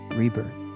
rebirth